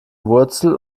wurzel